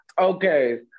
Okay